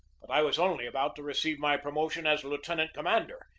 but i was only about to receive my promotion as lieutenant-commander,